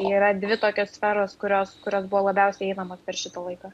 yra dvi tokios sferos kurios kurios buvo labiausiai einamos per šitą laiką